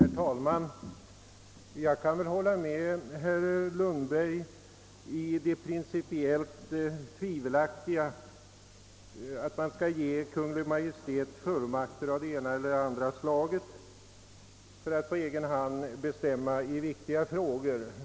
Herr talman! Jag kan hålla med herr Lundberg om det principiellt tvivelaktiga i att Kungl. Maj:t ges fullmakter för att på egen hand bestämma i viktiga frågor.